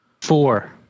four